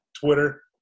Twitter